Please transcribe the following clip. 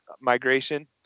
migration